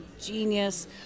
genius